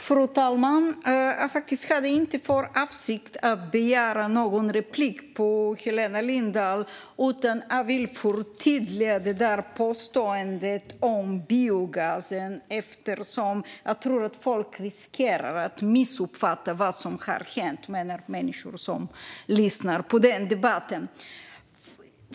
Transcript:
Fru talman! Jag hade inte för avsikt att begära replik på Helena Lindahl. Däremot vill jag förtydliga påståendet om biogasen, eftersom jag tror att folk som lyssnar på debatten riskerar att missuppfatta vad som har hänt.